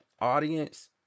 audience